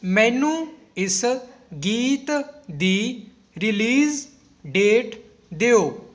ਮੈਨੂੰ ਇਸ ਗੀਤ ਦੀ ਰਿਲੀਜ਼ ਡੇਟ ਦਿਓ